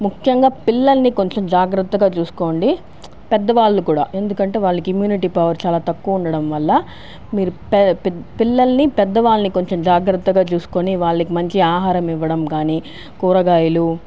ముఖ్యంగా పిల్లల్ని కొంచెం జాగ్రత్తగా చూసుకోండి పెద్దవాళ్ళు కూడా ఎందుకంటే వాళ్ళకి ఇమ్మ్యూనిటీ పవర్ చాలా తక్కువ ఉండడం వల్ల మీరు పి పె పిల్లల్ని పెద్దవాళ్ళని కొంచెం జాగ్రత్తగా చూసుకోని వాళ్ళకి మంచి ఆహరం ఇవ్వడం కానీ కూరగాయలు